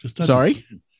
Sorry